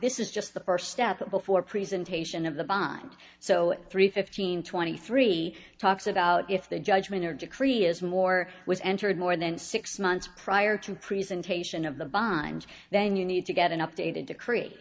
this is just the first step before presentation of the bond so three fifteen twenty three talks about if the judgment or decree is more was entered more than six months prior to presentation of the binds then you need to get an updated